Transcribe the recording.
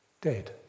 dead